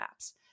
apps